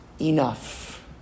enough